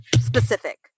specific